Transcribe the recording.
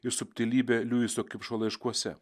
ir subtilybė liuiso kipšo laiškuose